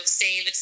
save